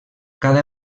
cada